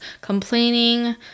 complaining